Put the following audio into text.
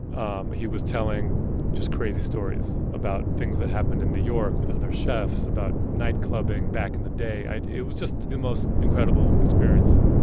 um he was telling just crazy stories about things that happened in new york with other chefs, about nightclubbing back in the day. it was just the most incredible experience,